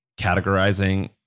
categorizing